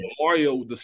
Mario